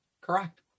Correct